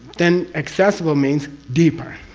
then accessible means. deeper.